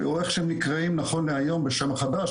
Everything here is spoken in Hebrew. או איך שהם נקראים היום בשמם החדש,